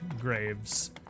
graves